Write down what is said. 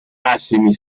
massimi